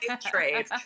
trade